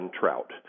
trout